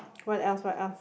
what else what else